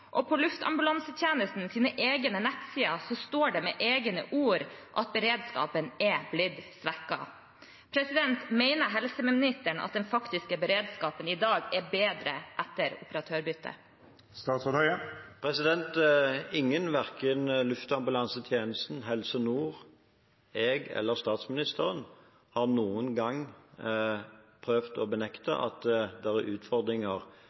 På Luftambulansetjenestens egne nettsider skriver de med egne ord at beredskapen er blitt svekket. Mener helseministeren at den faktiske beredskapen i dag er bedre etter operatørbyttet? Ingen, verken Luftambulansetjenesten, Helse Nord, jeg eller statsministeren har noen gang prøvd å benekte at det er utfordringer